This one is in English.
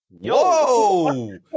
Yo